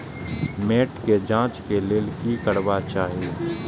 मैट के जांच के लेल कि करबाक चाही?